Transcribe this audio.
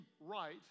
right